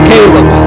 Caleb